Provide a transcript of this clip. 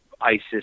isis